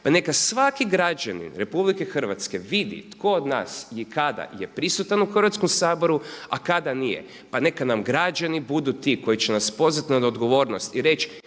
pa neka svaki građanin RH vidi tko od nas i kada je prisutan u Hrvatskom saboru, a kada nije, pa neka nam građani budu ti koji će nas pozvati na odgovornost i reći